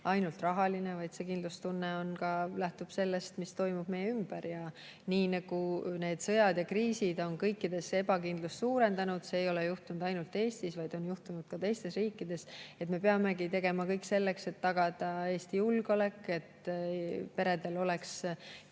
ainult rahaline, vaid see kindlustunne lähtub ka sellest, mis toimub meie ümber. Need sõjad ja kriisid on kõikides ebakindlust suurendanud, see ei ole juhtunud ainult Eestis, vaid on juhtunud ka teistes riikides. Me peamegi tegema kõik selleks, et tagada Eesti julgeolek, et peredel oleks